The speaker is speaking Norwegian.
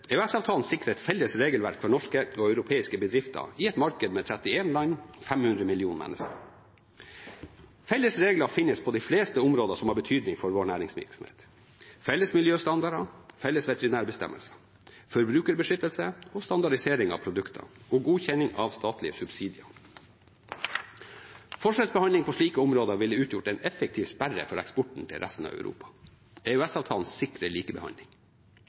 sikrer EØS-avtalen et felles regelverk for norske og europeiske bedrifter i et marked med 31 land og 500 millioner mennesker. Felles regler finnes på de fleste områder som har betydning for vår næringsvirksomhet: felles miljøstandarder, felles veterinærbestemmelser, forbrukerbeskyttelse, standardisering av produkter og godkjenning av statlige subsidier. Forskjellsbehandling på slike områder ville utgjort en effektiv sperre for eksporten til resten av Europa. EØS-avtalen sikrer likebehandling.